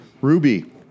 Ruby